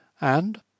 And